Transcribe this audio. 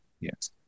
yes